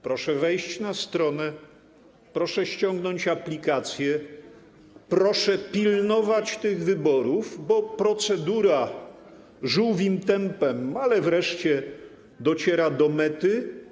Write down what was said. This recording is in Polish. Proszę wejść na stronę, proszę ściągnąć aplikację, proszę pilnować tych wyborów, bo procedura żółwim tempem, ale wreszcie dociera do mety.